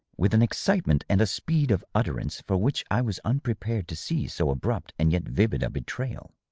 with an excite ment and a speed of utterance for which i was unprepared to see so abrupt and yet vivid a betrayal.